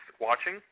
watching